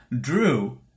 Drew